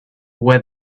were